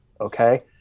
okay